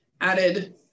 added